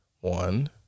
One